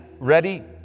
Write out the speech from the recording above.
Ready